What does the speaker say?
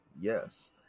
Yes